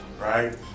right